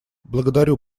благодарю